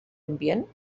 ambient